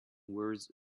wears